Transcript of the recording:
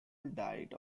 diet